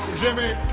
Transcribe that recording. jimmy,